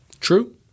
True